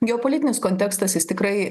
geopolitinis kontekstas jis tikrai